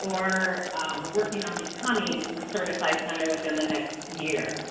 or working on becoming a certified center within the next year?